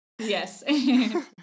Yes